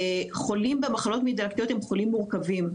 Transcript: וחולים במחלות מעי דלקתיות הם חולים מורכבים.